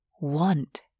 want